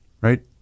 right